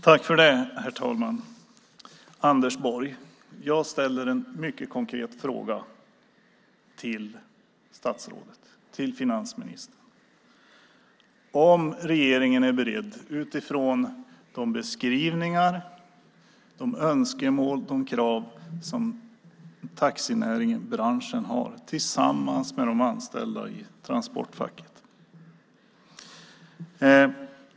Herr talman! Jag har en mycket konkret fråga till finansminister Anders Borg om regeringens beredskap utifrån de beskrivningar, önskemål och krav som taxibranschen har tillsammans med de anställda i Transportfacket.